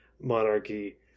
monarchy